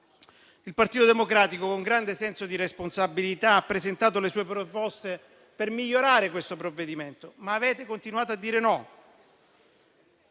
Il Partito Democratico, con grande senso di responsabilità, ha presentato le sue proposte per migliorare questo provvedimento, ma avete continuato a dire no.